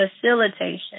facilitation